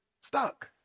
stuck